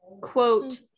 Quote